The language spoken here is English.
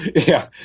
yeah,